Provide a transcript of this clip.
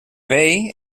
vell